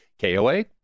KOA